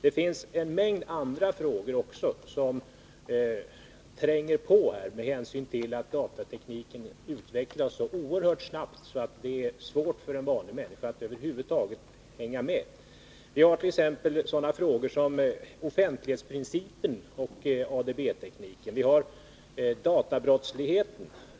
Det finns en mängd andra frågor också som tränger på med hänsyn till att datatekniken utvecklas så oerhört snabbt, att det är svårt för en vanlig människa att över huvud taget hänga med. Vi har t.ex. sådana frågor som offentlighetsprincipen och ADB-tekniken, vi har databrottsligheten.